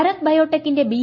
ഭാരത് ബയോടെക്കിന്റെ ബി